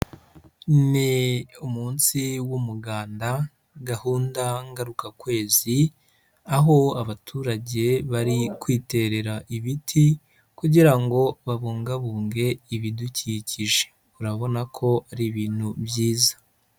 Ni umunsi w'umuganda, gahunda ngarukakwezi, aho abaturage bari kwiterera ibiti kugira ngo babungabunge ibidukikije. Urabona ko ari ibintu byiza.